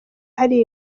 hari